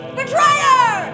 Betrayer